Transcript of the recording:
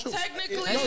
technically